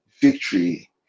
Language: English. victory